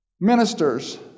ministers